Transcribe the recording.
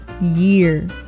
year